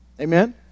Amen